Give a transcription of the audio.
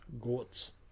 Goats